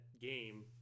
game